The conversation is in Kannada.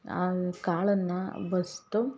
ಆ ಕಾಳನ್ನು ಬಸಿದು